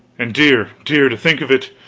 and dear, dear, to think of it